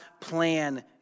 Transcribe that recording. plan